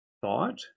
thought